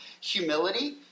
humility